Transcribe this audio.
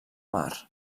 mar